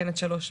(3).